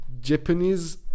japanese